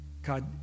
God